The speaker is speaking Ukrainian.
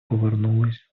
повернулись